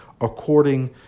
according